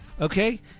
Okay